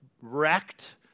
wrecked